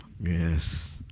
Yes